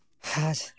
ᱦᱮᱸᱥ ᱟᱪᱪᱷᱟ